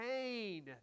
pain